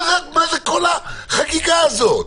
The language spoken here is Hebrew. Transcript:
מה כל החגיגה הזאת?